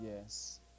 yes